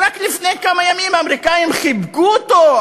שרק לפני כמה ימים האמריקנים חיבקו אותו,